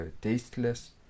tasteless